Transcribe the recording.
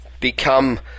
become